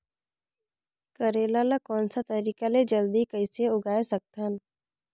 करेला ला कोन सा तरीका ले जल्दी कइसे उगाय सकथन?